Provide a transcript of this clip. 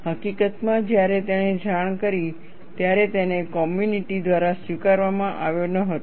હકીકતમાં જ્યારે તેણે જાણ કરી ત્યારે તેને કોમ્યુનિટી દ્વારા સ્વીકારવામાં આવ્યો ન હતો